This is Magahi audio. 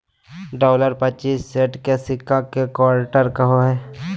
डॉलर पच्चीस सेंट के सिक्का के क्वार्टर कहो हइ